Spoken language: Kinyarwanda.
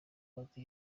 konti